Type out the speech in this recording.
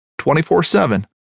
24-7